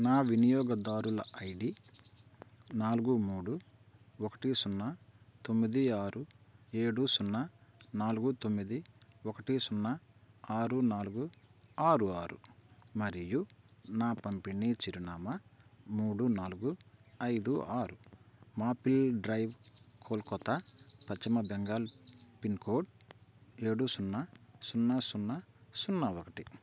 నా వినియోగదారుల ఐడి నాలుగు మూడు ఒకటి సున్నా తొమ్మిది ఆరు ఏడు సున్నా నాలుగు తొమ్మిది ఒకటి సున్నా ఆరు నాలుగు ఆరు ఆరు మరియు నా పంపిణీ చిరునామా మూడు నాలుగు ఐదు ఆరు మాపిల్ డ్రైవ్ కోల్కతా పశ్చిమ బెంగాల్ పిన్కోడ్ ఏడు సున్నా సున్నా సున్నా సున్నా ఒకటి